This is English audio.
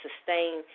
sustain